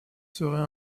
serait